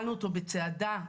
התקינה.